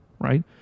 right